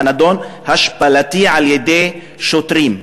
הנדון: הושפלתי על-ידי שוטרים.